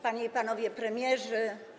Panie i Panowie Premierzy!